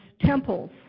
temples